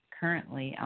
currently